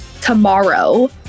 tomorrow